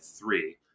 three